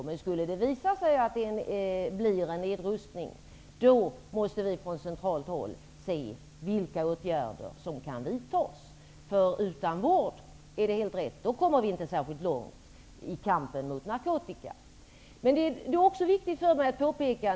Om det skulle visa sig att det blir en nedrustning måste vi från centralt håll se vilka åtgärder som kan vidtas. Det är helt rätt att utan vård kommer vi inte särskilt långt i kampen mot narkotika.